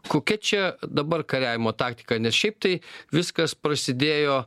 kokia čia dabar kariavimo taktika nes šiaip tai viskas prasidėjo